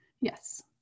Yes